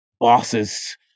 bosses